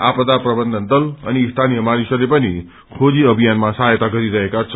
आपदा प्रवन्धन दल अनि स्थानीय मानिसहस्ले पनि खोजी अभियानमा सहायता गरिरहेका छन्